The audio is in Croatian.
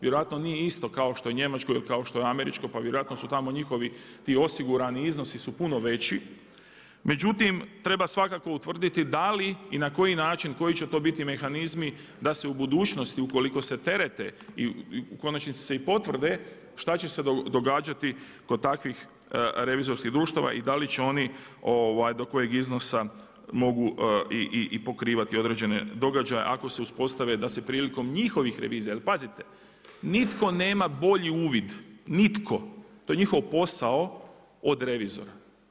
Vjerojatno nije isto kao što je njemačko ili kao što američko pa vjerojatno su tamo njihovi ti osigurani puno veći, međutim treba svakako utvrditi da li i na koji način koji će to biti mehanizmi da se u budućnosti ukoliko se terete, u konačnici se i potvrde, šta će se događati kod takvih revizorskih društava i dal i će oni do kojeg iznosa, mogu i pokrivati određene događaje ako se uspostave da se prilikom njihovih revizija, jer pazite, nitko nema bolji uvid, nitko, to je njihov posao od revizora.